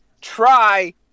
try